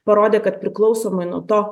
parodė kad priklausomai nuo to